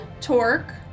Torque